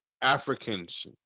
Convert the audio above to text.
africans